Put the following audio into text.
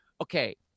okay